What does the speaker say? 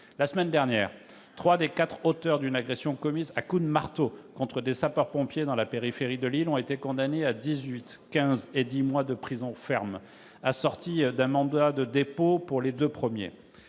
La semaine dernière, trois des quatre auteurs d'une agression commise à coups de marteau contre des sapeurs-pompiers, dans la périphérie de Lille, ont été condamnés à dix-huit, quinze et dix mois de prison ferme, assortis d'un mandat de dépôt pour les deux premiers.